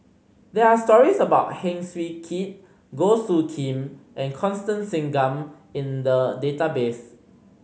there are stories about Heng Swee Keat Goh Soo Khim and Constance Singam in the database